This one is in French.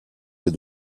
les